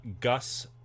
Gus